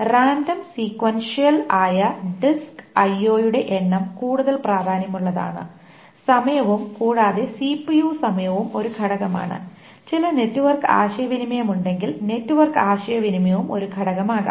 രാന്റവും സീക്വൻഷ്യലും ആയ disk IO യുടെ എണ്ണം കൂടുതൽ പ്രാധാന്യമുള്ളതാണ് സമയവും കൂടാതെ CPU സമയവും ഒരു ഘടകമാണ് ചില നെറ്റ്വർക്ക് ആശയവിനിമയം ഉണ്ടെങ്കിൽ നെറ്റ്വർക്ക് ആശയവിനിമയവും ഒരു ഘടകമാകാം